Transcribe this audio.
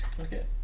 Okay